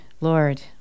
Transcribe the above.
lord